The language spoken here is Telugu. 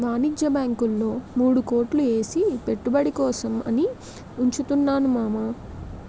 వాణిజ్య బాంకుల్లో మూడు కోట్లు ఏసి పెట్టుబడి కోసం అని ఉంచుతున్నాను మావా